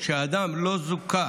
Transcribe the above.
שהאדם לא זוכה